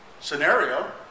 scenario